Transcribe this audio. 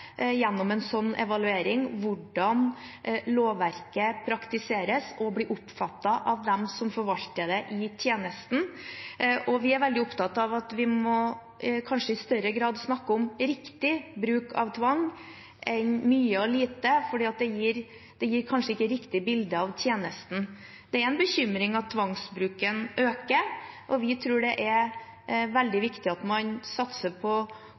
hvordan lovverket praktiseres og blir oppfattet av dem som forvalter det i tjenesten. Og vi er veldig opptatt av at vi kanskje i større grad må snakke om riktig bruk av tvang enn mye og lite, for det gir kanskje ikke et riktig bilde av tjenesten. Det er en bekymring at tvangsbruken øker. Vi tror det er veldig viktig at man satser på